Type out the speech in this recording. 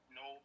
no